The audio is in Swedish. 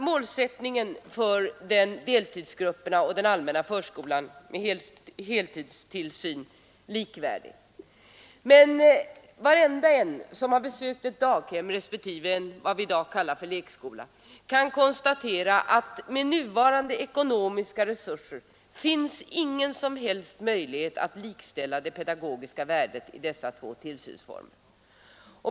Målsättningen i den allmänna förskolan är ju att deltidsoch heltidstillsyn skall vara likvärdiga, men var och en som har besökt ett daghem respektive en lekskola — som vi i dag kallar det — kan konstatera att det med nuvarande ekonomiska resurser inte finns någon som helst möjlighet att likställa det pedagogiska värdet av dessa två tillsynsformer.